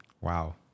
Wow